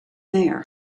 there